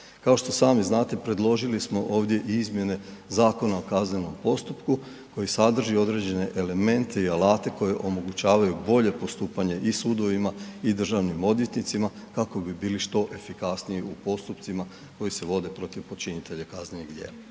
Kao što sami znate predložili smo ovdje i izmjene Zakona o kaznenom postupku koji sadrži određene elemente i alate koji omogućavaju bolje postupanje i sudovima i državnim odvjetnicima kako bi bili što efikasniji u postupcima koji se vode protiv počinitelja kaznenih djela.